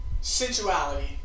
sensuality